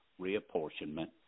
reapportionment